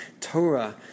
Torah